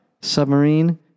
submarine